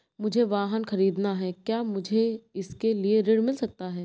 मुझे वाहन ख़रीदना है क्या मुझे इसके लिए ऋण मिल सकता है?